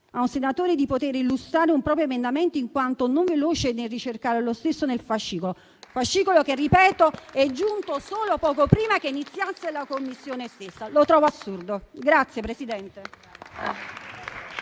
ad un senatore di illustrare un proprio emendamento, in quanto non veloce nel ricercare lo stesso nel fascicolo; fascicolo che, ripeto, è giunto solo poco prima che iniziasse la seduta della Commissione stessa. Lo trovo assurdo, signor Presidente.